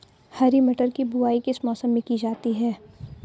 हरी मटर की बुवाई किस मौसम में की जाती है?